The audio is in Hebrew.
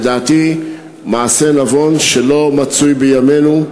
לדעתי זה מעשה נבון, שלא מצוי בימינו,